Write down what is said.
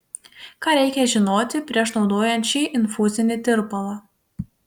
ką reikia žinoti prieš naudojant šį infuzinį tirpalą